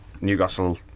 Newcastle